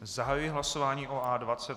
Zahajuji hlasování o A20.